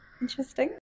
Interesting